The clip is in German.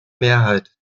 mehrheit